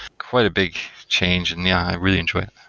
quite a big change, and yeah, i really enjoy it.